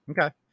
Okay